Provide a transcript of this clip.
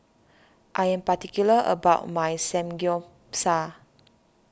I am particular about my Samgeyopsal